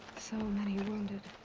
so many wounded.